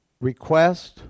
request